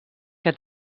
que